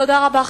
תודה רבה.